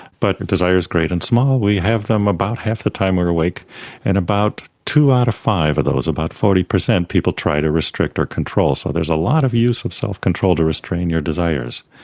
but desires great and small, we have them about half the time we are awake and about two out of five of those, about forty percent of people try to restrict or control. so there's a lot of use of self-control to restrain your desires.